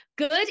Good